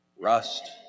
rust